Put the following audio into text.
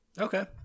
Okay